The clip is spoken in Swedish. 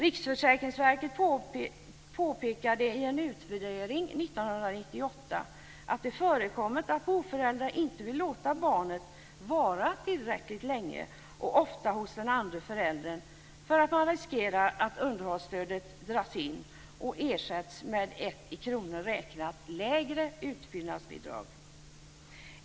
Riksförsäkringsverket påpekade i en utvärdering 1998 att det förekommer att boföräldern inte vill låta barnet vara tillräckligt länge och ofta hos den andre föräldern därför att man riskerar att underhållsstödet dras in och ersätts med ett i kronor räknat lägre utfyllnadsbidrag.